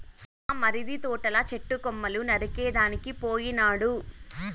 మా మరిది తోటల చెట్టు కొమ్మలు నరికేదానికి పోయినాడు